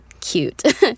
cute